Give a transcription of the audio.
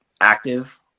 active